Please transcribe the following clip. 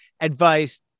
advice